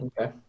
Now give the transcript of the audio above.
Okay